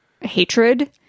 hatred